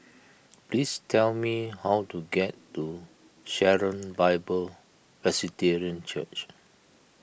please tell me how to get to Sharon Bible Presbyterian Church